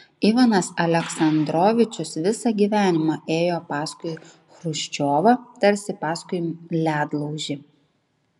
ivanas aleksandrovičius visą gyvenimą ėjo paskui chruščiovą tarsi paskui ledlaužį